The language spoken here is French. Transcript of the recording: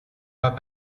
pas